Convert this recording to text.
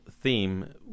theme